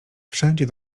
wszędzie